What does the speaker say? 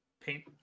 paint